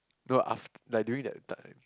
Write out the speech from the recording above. no af~ like during that time